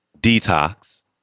Detox